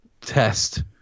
test